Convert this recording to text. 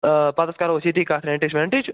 ٲں پتہٕ حظ کَرو أسۍ ییٚتی کَتھ ریٚنٛٹٕچ ویٚنٛٹٕچ